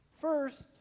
First